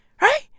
right